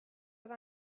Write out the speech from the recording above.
oedd